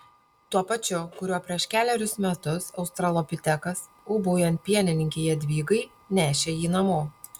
tuo pačiu kuriuo prieš kelerius metus australopitekas ūbaujant pienininkei jadvygai nešė jį namo